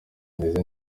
meze